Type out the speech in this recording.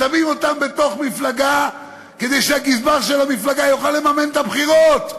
שמים אותן בתוך מפלגה כדי שהגזבר של המפלגה יוכל לממן את הבחירות.